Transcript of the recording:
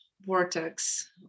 vortex